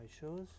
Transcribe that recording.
shows